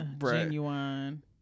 Genuine